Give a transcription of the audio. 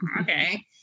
okay